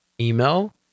email